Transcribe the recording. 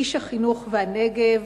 איש החינוך והנגב,